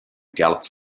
galloped